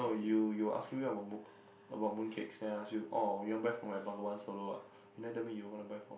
oh you you asking me about moon about mooncakes then I ask you orh you want buy for my Bengawan-Solo ah you never tell me you gonna buy for